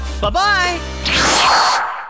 Bye-bye